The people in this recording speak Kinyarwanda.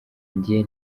nanjye